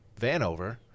Vanover